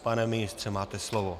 Pane ministře, máte slovo.